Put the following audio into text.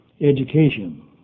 education